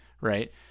Right